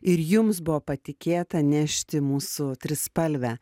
ir jums buvo patikėta nešti mūsų trispalvę